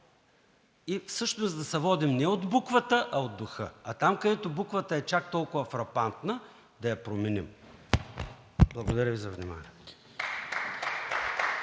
и всъщност да се водим не от буквата, а от духа. А там, където буквата е чак толкова фрапантна, да я променим. Благодаря Ви за вниманието.